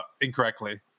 incorrectly